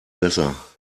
besser